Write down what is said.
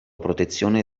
protezione